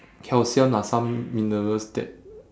calcium lah some minerals that